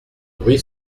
bruit